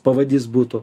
pavadys būtų